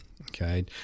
okay